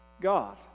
God